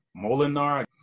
Molinar